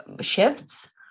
shifts